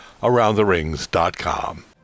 AroundTheRings.com